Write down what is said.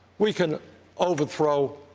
we can overthrow